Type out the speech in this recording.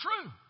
true